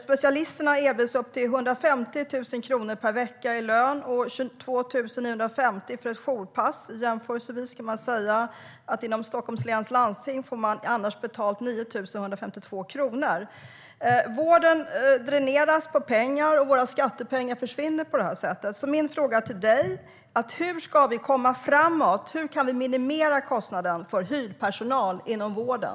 Specialisterna har erbjudits upp till 150 000 kronor per vecka i lön och 22 950 kronor för ett jourpass. Som en jämförelse får de inom Stockholms läns landsting 9 152 kronor för ett jourpass. Vården dräneras på pengar, och våra skattepengar försvinner på detta sätt. Min fråga till dig, Gabriel Wikström, är: Hur ska vi komma framåt, och hur kan vi minimera kostnaden för inhyrd personal inom vården?